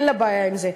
אין לה בעיה עם זה.